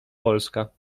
polska